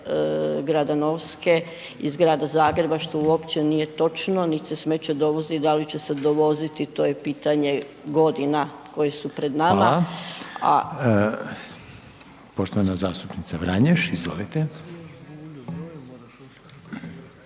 grada Novske iz grada Zagreba što uopće nije točno. Niti se smeće dovozi i da li će se dovoziti to je pitanje godina koje su pred nama. **Reiner, Željko